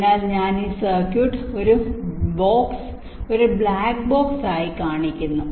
അതിനാൽ ഞാൻ ഈ സർക്യൂട്ട് ഒരു ബോക്സ് ബ്ലാക്ക് ബോക്സ് ആയി കാണിക്കുന്നു